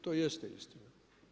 To jeste istina.